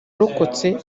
abarokotse